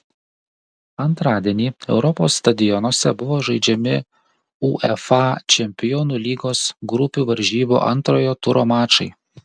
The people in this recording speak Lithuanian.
antradienį europos stadionuose buvo žaidžiami uefa čempionų lygos grupių varžybų antrojo turo mačai